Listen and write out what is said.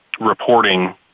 reporting